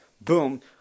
boom